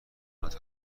حمایت